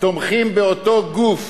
תומכים באותו גוף